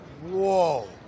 Whoa